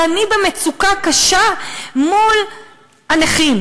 אבל אני במצוקה קשה מול הנכים,